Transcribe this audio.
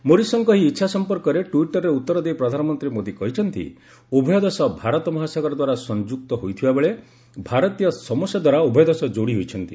ମୋରିସନଙ୍କ ଏହି ଇଚ୍ଛା ସଂପର୍କରେ ଟ୍ୱିଟରରେ ଉତର ଦେଇ ପ୍ରଧାନମନ୍ତ୍ରୀ ମୋଦୀ କହିଛନ୍ତି ଉଭୟ ଦେଶ ଭାରତ ମହାସାଗର ଦ୍ୱାରା ସଂଯୁକ୍ତ ହୋଇଥିବା ବେଳେ ଭାରତୀୟ ସମୋସା ଦ୍ୱାରା ଉଭୟ ଦେଶ ଯୋଡ଼ି ହୋଇଛନ୍ତି